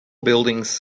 buildings